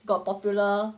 got popular